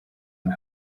and